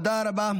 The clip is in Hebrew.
תודה רבה.